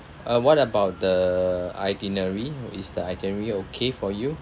uh what about the itinerary is the itinerary okay for you